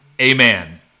Amen